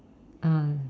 um